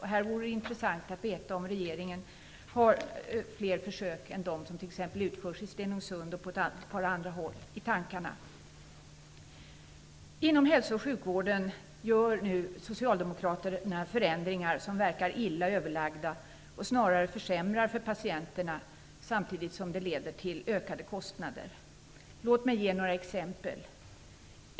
Här vore det intressant att veta om regeringen har fler försök i tankarna än dem som t.ex. utförs i Stenungsund och på ett par andra håll. Inom hälso och sjukvården gör nu Socialdemokraterna förändringar som verkar illa överlagda och snarare försämrar för patienterna, samtidigt som de leder till ökade kostnader. Låt mig ge några exempel.